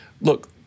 Look